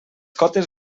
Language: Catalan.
cotes